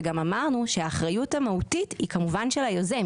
וגם אמרנו שהאחריות המהותית היא כמובן של היוזם.